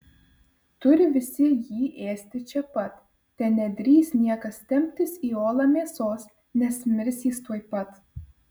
turi visi jį ėsti čia pat te nedrįs niekas temptis į olą mėsos nes mirs jis tuoj pat